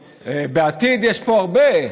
לעתיד, יש פה הרבה.